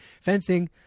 fencing